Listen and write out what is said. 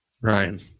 Ryan